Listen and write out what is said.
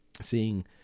seeing